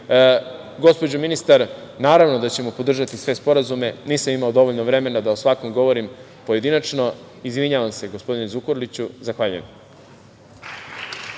ministar, naravno da ćemo podržati sve sporazume, nisam imao dovoljno vremena da o svakom govorim pojedinačno. Izvinjavam se, gospodine Zukorliću. Zahvaljujem.